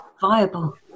viable